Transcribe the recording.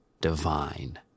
divine